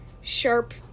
sharp